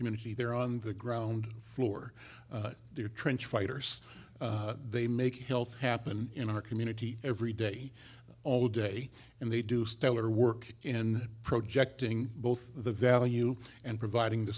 community they're on the ground floor they're trench fighters they make health happen in our community every day all day and they do stellar work in projecting both the value and providing